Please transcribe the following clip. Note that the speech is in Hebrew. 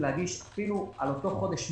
זאת חקיקה ראשית.